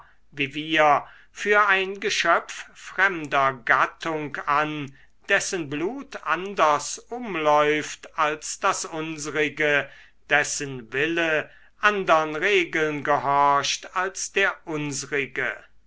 wie wir für ein geschöpf fremder gattung an dessen blut anders umläuft als das unsrige dessen wille andern regeln gehorcht als der unsrige